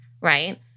right